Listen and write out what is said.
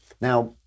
Now